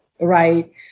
right